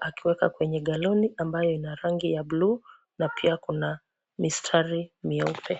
akiweka kwenye galoni ya buluu na pia kuna mistari mieupe.